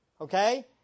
Okay